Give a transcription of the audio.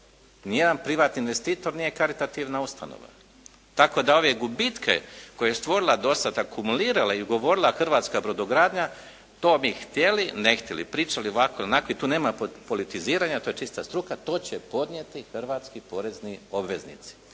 Nijedan privatni investitor nije karitativna ustanova. Tako da ove gubitke koje je stvorila dosad, akumulirala i ugovorila hrvatska brodogradnja to mi htjeli-ne htjeli, pričali ovako ili onako i tu nema politiziranja, to je čista struka, to će podnijeti hrvatski porezni obveznici.